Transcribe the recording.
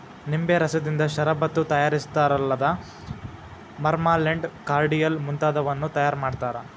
ನಿಂಬೆ ರಸದಿಂದ ಷರಬತ್ತು ತಯಾರಿಸ್ತಾರಲ್ಲದ ಮಾರ್ಮಲೆಂಡ್, ಕಾರ್ಡಿಯಲ್ ಮುಂತಾದವನ್ನೂ ತಯಾರ್ ಮಾಡ್ತಾರ